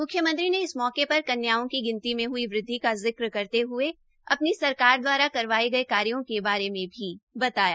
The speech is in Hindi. मुख्यमंत्री ने इस मौके पर कन्याओं की गिनती में हई वृद्वि का जिक्र करते हये अपनी सरकार द्वारा करवायें गये कार्यो के बारे में भी बताया